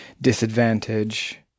disadvantage